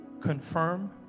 confirm